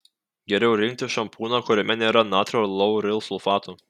geriau rinktis šampūną kuriame nėra natrio laurilsulfato